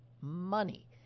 money